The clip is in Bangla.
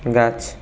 গাছ